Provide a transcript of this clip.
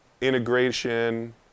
integration